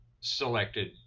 selected